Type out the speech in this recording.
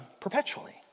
perpetually